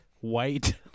white